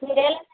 फिरायला